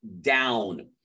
down